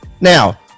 Now